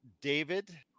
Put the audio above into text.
David